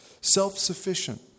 self-sufficient